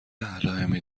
علائمی